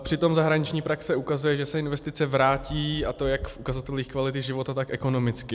Přitom zahraniční praxe ukazuje, že se investice vrátí, a to jak v ukazatelích kvality života, tak ekonomicky.